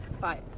Bye